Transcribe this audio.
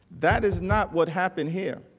that is not what happened here.